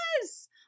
Yes